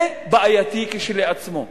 זה בעייתי כשלעצמו.